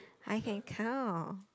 I can count